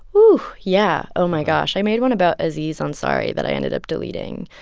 oh, yeah. oh, my gosh. i made one about aziz ansari that i ended up deleting